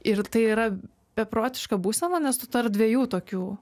ir tai yra beprotiška būsena nes tu tarp dviejų tokių